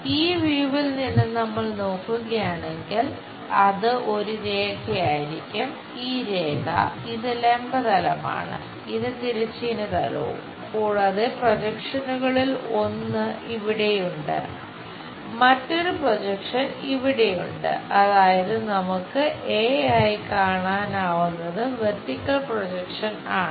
ഈ വ്യൂവിൽ ആണ്